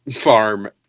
farm